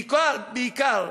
בעיקר